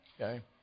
okay